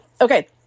Okay